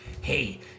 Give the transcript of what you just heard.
Hey